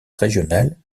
régional